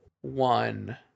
one